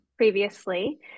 Previously